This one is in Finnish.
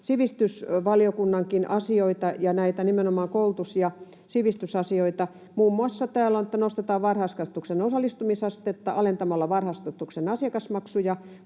sivistysvaliokunnankin asioita ja nimenomaan koulutus‑ ja sivistysasioita. Muun muassa täällä on, että nostetaan varhaiskasvatuksen osallistumisastetta alentamalla varhaiskasvatuksen asiakasmaksuja